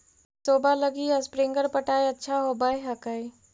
सरसोबा लगी स्प्रिंगर पटाय अच्छा होबै हकैय?